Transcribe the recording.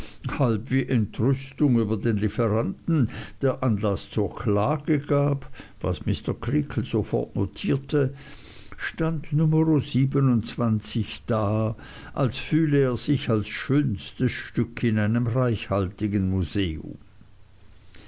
halb wie entrüstung über den lieferanten der anlaß zur klage gab was mr creakle sofort notierte stand numero da als fühle er sich als schönstes stück in einem reichhaltigen museum